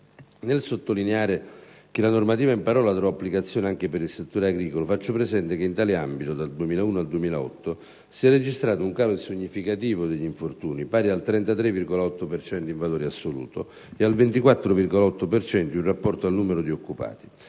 nel sottolineare che la normativa in parola trova applicazione anche per il settore agricolo, faccio presente che in tale ambito, dal 2001 al 2008, si è registrato un calo significativo degli infortuni pari al 33,8 per cento, in valore assoluto, e al 24,8 per cento, in rapporto al numero di occupati;